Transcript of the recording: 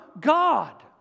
God